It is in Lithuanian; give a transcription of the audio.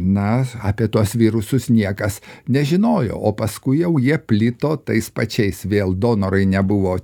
na apie tuos vyrusus niekas nežinojo o paskui jau jie plito tais pačiais vėl donorai nebuvo